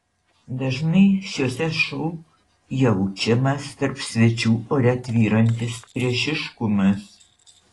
dažnai šiuose šou jaučiamas tarp svečių ore tvyrantis priešiškumas